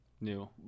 new